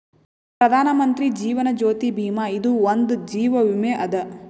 ಪ್ರಧಾನ್ ಮಂತ್ರಿ ಜೀವನ್ ಜ್ಯೋತಿ ಭೀಮಾ ಇದು ಒಂದ ಜೀವ ವಿಮೆ ಅದ